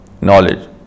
knowledge